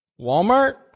Walmart